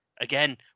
Again